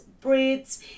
breads